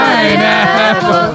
Pineapple